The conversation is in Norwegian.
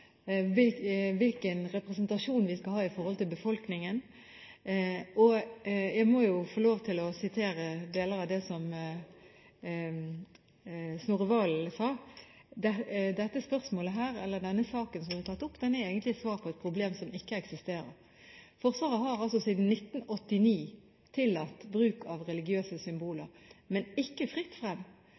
hvilken representasjon vi skal ha når det gjelder befolkningen. Jeg må få lov til å referere til deler av det som Snorre Serigstad Valen sa: Denne saken som er tatt opp, er egentlig et svar på et problem som ikke eksisterer. Forsvaret har siden 1989 tillatt bruk av religiøse symboler, men det har ikke vært fritt frem.